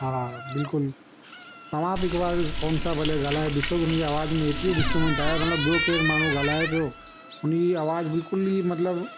हा बिल्कुलु तव्हां बि हिक बार फ़ोन तव्हां भले ॻाल्हाए ॾिसो उन जी आवाज में एतिरी डिस्टरुमेंट आहे मतलबु ॿियो केरु माण्हूं ॻाल्हाए पियो उन जी आवाज बिल्कुल ई मतलबु